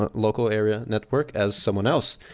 ah local area network as someone else,